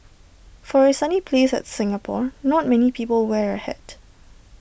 for A sunny place like Singapore not many people wear A hat